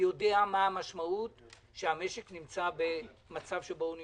אני יודע מה המשמעות שהמשק נמצא במצב שבו הוא נמצא.